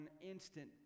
instant